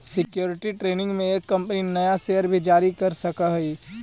security training में एक company नया शेयर भी जारी कर सकऽ हई